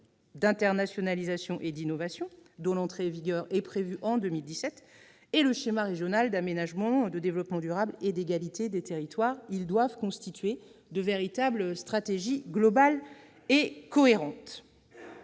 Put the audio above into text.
d'internationalisation, dont l'entrée en vigueur est prévue en 2017, et le schéma régional d'aménagement, de développement durable et d'égalité des territoires. Ils doivent constituer de véritables stratégies globales et cohérentes.